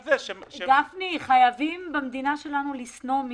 גפני, חייבים במדינה שלנו לשנוא מישהו.